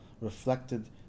reflected